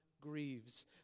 grieves